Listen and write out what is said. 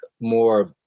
more